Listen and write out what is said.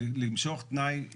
למשוך תנאי,